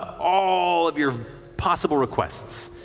all of your possible requests,